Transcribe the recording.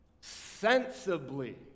Sensibly